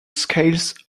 scales